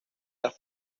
las